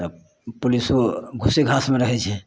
आब पुलिसो घुसे घासमे रहय छै